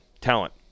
talent